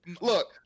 look